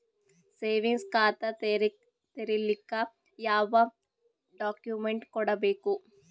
Savings ಖಾತಾ ತೇರಿಲಿಕ ಯಾವ ಡಾಕ್ಯುಮೆಂಟ್ ಕೊಡಬೇಕು?